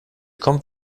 kommt